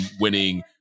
winning